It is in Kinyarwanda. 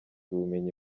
ubumenyi